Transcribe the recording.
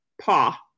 paw